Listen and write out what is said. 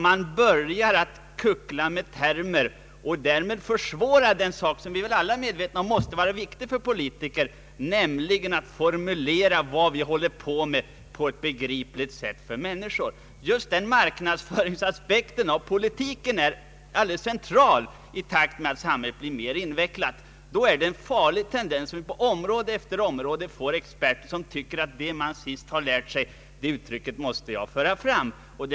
Man börjar kuckla med termer och försvårar det som — det är vi alla medvetna om — måste vara viktigt för politiker, nämligen att formulera vad vi håller på med på ett för människor begripligt sätt. Just den marknadsföringsaspekten på politiken blir av större betydelse i takt med att samhället blir mer invecklat. Då är det en farlig tendens att vi på område efter område får experter som tycker att de måste föra fram de uttryck de senast lärt sig.